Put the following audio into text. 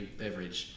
beverage